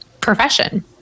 profession